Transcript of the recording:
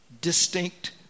distinct